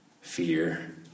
fear